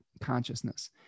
consciousness